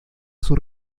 sus